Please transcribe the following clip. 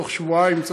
בתוך שבועיים,